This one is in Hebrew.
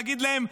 להגיד להם,